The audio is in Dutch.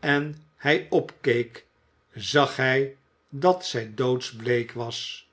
en hij opkeek zag hij dat zij doodsbleek was